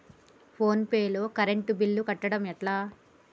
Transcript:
Phone pay లో current bill కట్టడం ఎట్లా?